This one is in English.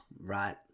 Right